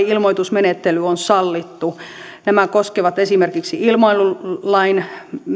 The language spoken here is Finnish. ilmoitusmenettely sallittu nämä koskevat esimerkiksi ilmailulain